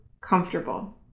comfortable